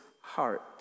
heart